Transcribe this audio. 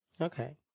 Okay